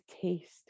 taste